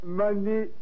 money